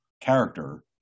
character